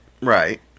Right